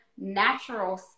natural